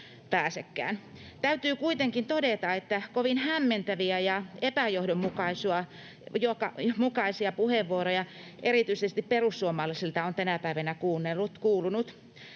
Täytyy kuitenkin todeta, että kovin hämmentäviä ja epäjohdonmukaisia puheenvuoroja erityisesti perussuomalaisilta on tänä päivänä kuulunut.